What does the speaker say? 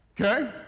Okay